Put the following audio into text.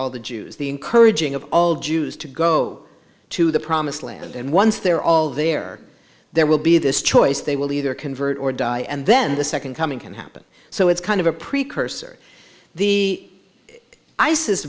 all the jews the encouraging of all jews to go to the promised land and once they're all there there will be this choice they will either convert or die and then the second coming can happen so it's kind of a precursor the isis